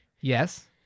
Yes